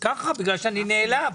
כי אני נעלב.